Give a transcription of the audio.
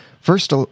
First